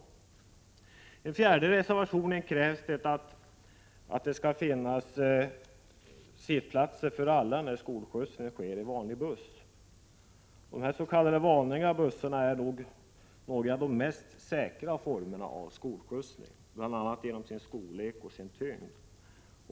I den fjärde reservationen krävs att det skall finnas sittplatser för alla när skolskjutsning sker i vanlig buss. De s.k. vanliga bussarna är några av de mest säkra formerna av skolskjuts, bl.a. genom sin storlek och tyngd.